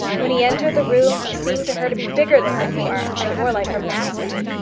when he entered the room he seemed to her to be bigger than before, and more like her master.